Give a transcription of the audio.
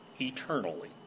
eternally